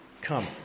Come